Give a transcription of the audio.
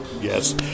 Yes